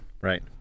right